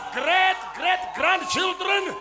great-great-grandchildren